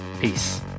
Peace